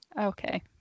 Okay